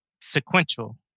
sequential